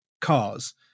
cars